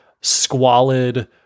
squalid